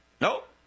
Nope